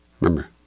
remember